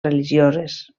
religioses